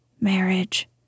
marriage